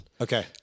Okay